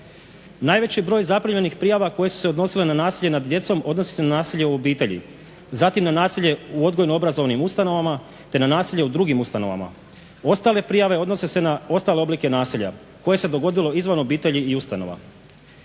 Najveći broj zaprimljenih prijava koje su se odnosile na nasilje nad djecom odnosi se na nasilje u obitelji, zatim na nasilje u odgojno-obrazovnim ustanovama te na nasilje u drugim ustanovama. Ostale prijave odnose se na ostale oblike nasilja koje se dogodilo izvan obitelji i ustanova.